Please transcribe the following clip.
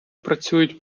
працюють